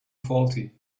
faulty